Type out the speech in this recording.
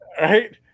right